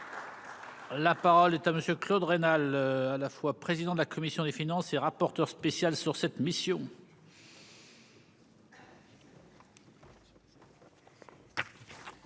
La parole est à monsieur Claude Raynal, à la fois président de la commission des finances et rapporteur spécial sur cette mission.